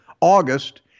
August